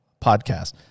podcast